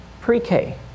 pre-K